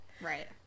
Right